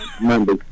Remember